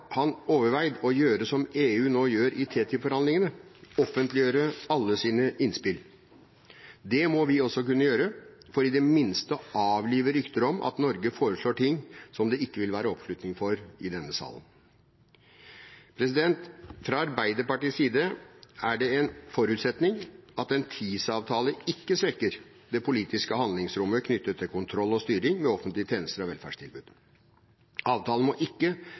han overveid å gjøre som EU nå gjør i TTIP-forhandlingene, å offentliggjøre alle sine innspill? Det må vi også kunne gjøre for i det minste å avlive rykter om at Norge foreslår ting som det ikke vil være oppslutning om i denne salen. Fra Arbeiderpartiets side er det en forutsetning at en TISA-avtale ikke svekker det politiske handlingsrommet knyttet til kontroll og styring med offentlige tjenester og velferdstilbud. Avtalen må ikke